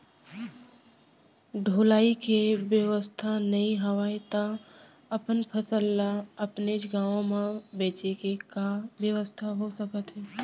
ढुलाई के बेवस्था नई हवय ता अपन फसल ला अपनेच गांव मा बेचे के का बेवस्था हो सकत हे?